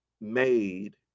made